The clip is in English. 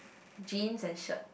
jeans and shirt